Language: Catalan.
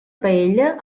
paella